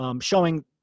showing